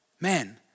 Man